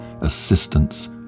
assistance